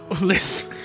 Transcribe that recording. list